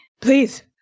please